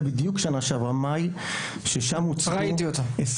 בדיוק בשנה שעברה במאי --- ראיתי אותו.